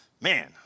man